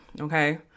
okay